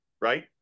right